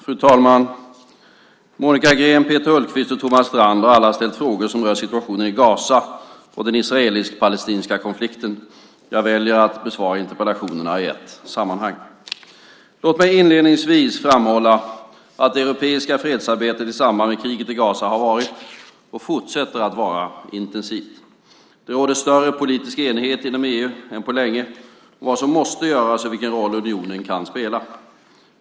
Fru talman! Monica Green, Peter Hultqvist och Thomas Strand har alla ställt frågor som rör situationen i Gaza och den israelisk-palestinska konflikten. Jag väljer att besvara interpellationerna i ett sammanhang. Låt mig inledningsvis framhålla att det europeiska fredsarbetet i samband med kriget i Gaza har varit - och fortsätter att vara - intensivt. Det råder större politisk enighet inom EU än på länge om vad som måste göras och vilken roll unionen kan spela.